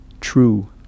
true